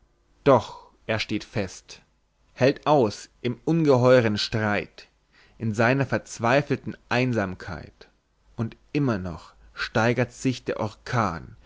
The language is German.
doch er steht fest hält aus im ungeheuren streit in seiner verzweifelten einsamkeit und immer noch steigert sich der orkan